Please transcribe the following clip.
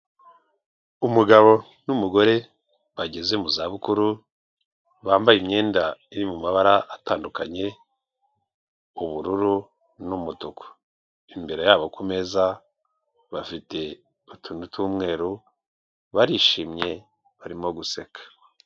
Umugabo n'umugore bageze mu za bukuru, bambaye imyenda iri mu mabara atandukanye ubururu n'umutuku, imbere yabo ku meza bafite utuntu tw'umweru barishimye barimo guseka.